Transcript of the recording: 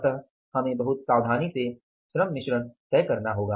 इसलिए हमें बहुत सावधानी से श्रम मिश्रण तय करना होगा